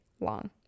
long